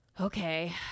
okay